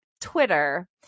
Twitter